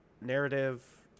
narrative